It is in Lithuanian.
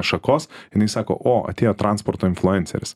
šakos jinai sako o atėjo transporto influenceris